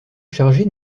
chargé